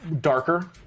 darker